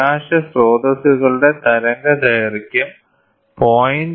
പ്രകാശ സ്രോതസ്സുകളുടെ തരംഗദൈർഘ്യം 0